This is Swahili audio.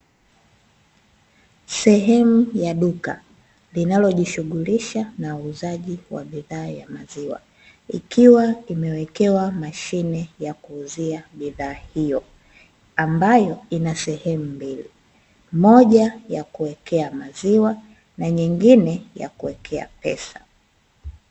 Sehemu ya duka, linalojishughulisha na uuzaji wa bidhaa ya maziwa, ikiwa imewekewa mashine ya kuuzia bidhaa hiyo, ambayo ina sehemu mbili: moja ya kuwekea maziwa na nyingine ya kuwekea pesa.